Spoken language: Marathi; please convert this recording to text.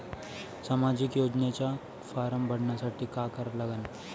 सामाजिक योजनेचा फारम भरासाठी का करा लागन?